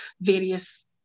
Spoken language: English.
various